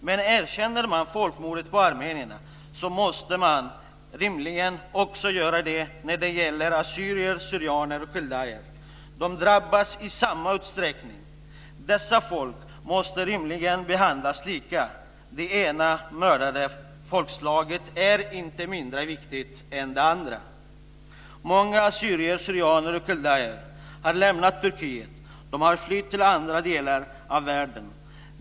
Men erkänner Turkiet folkmordet på armenierna måste man rimligen också göra det när det gäller assyrier syrianer och kaldéer har lämnat Turkiet. De har flytt till andra delar av världen.